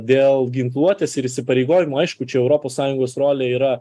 dėl ginkluotės ir įsipareigojimo aišku čia europos sąjungos rolė yra